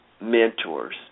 mentors